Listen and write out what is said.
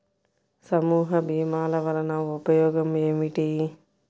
సమూహ భీమాల వలన ఉపయోగం ఏమిటీ?